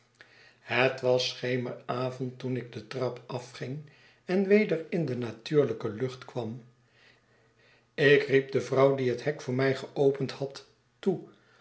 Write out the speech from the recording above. het was schemeravond toen ik de trap afging en weder in de natuurlijke lu'cht kwam ik riep de vrouw die het hek voor mij geopend had toe